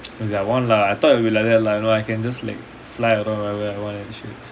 as in I want lah I thought it will be like that lah you know I can just like fly around whenever I want and shit